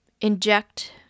inject